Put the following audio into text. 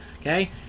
okay